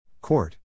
Court